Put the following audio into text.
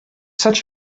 such